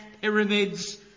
pyramids